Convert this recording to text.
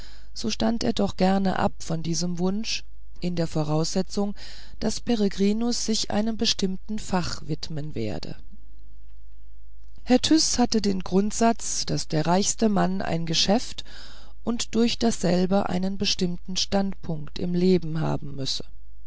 so stand er doch gern ab von diesem wunsch in der voraussetzung daß peregrinus sich einem bestimmten fach widmen werde herr tyß hatte den grundsatz daß der reichste mann ein geschäft und durch dasselbe einen bestimmten standpunkt im leben haben müsse